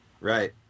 Right